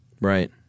Right